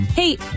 Hey